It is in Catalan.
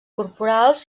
corporals